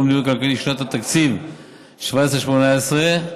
המדיניות הכלכלית לשנות התקציב 2017 ו-2018)